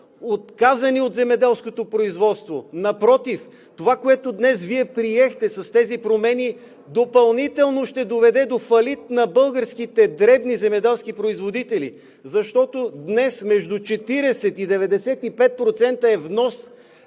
отказани от земеделското производство. Напротив, това, което днес Вие приехте с промените, допълнително ще доведе до фалит на българските дребни земеделски производители, защото днес между 40 и 95% е внос.